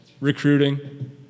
Recruiting